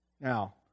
Now